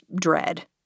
dread